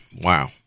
Wow